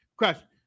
question